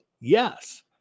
yes